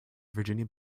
virginia